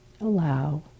allow